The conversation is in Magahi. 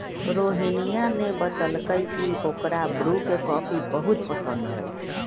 रोहिनीया ने बतल कई की ओकरा ब्रू के कॉफी बहुत पसंद हई